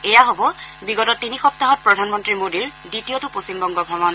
এয়া হ'ব বিগত তিনি সম্পাহত প্ৰধানমন্ত্ৰী মোদীৰ দ্বিতীয়টো পশ্চিমবংগ ভ্ৰমণ